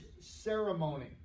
ceremony